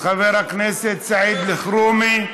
חבר הכנסת סעיד אלחרומי,